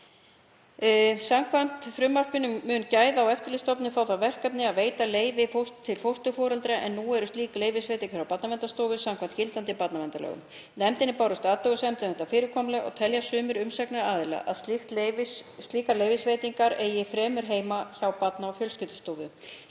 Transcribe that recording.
Samkvæmt frumvarpinu mun Gæða- og eftirlitsstofnun fá það verkefni að veita leyfi til fósturforeldra en nú eru slíkar leyfisveitingar hjá Barnaverndarstofu samkvæmt gildandi barnaverndarlögum. Nefndinni bárust athugasemdir um þetta fyrirkomulag og telja sumir umsagnaraðilar að slíkar leyfisveitingar eigi fremur heima hjá Barna- og fjölskyldustofu.